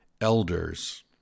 elders